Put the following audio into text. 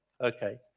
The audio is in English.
Okay